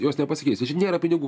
jos nepasikeis nėra pinigų